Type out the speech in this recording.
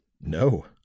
No